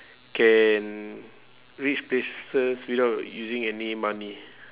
can reach places without using any money